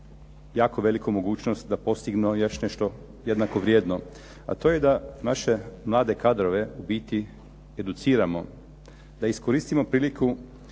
jako veliku mogućnost da postignu još nešto jednako vrijedno, a to je da naše mlade kadrove u biti educiramo, da iskoristimo priliku